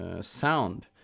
sound